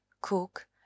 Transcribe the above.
cook